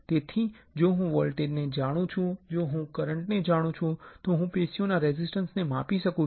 તેથી જો હું વોલ્ટેજને જાણું છું જો હું કરન્ટ ને જાણું છું તો હું પેશીઓના રેઝિસ્ટન્સ ને માપી શકું છું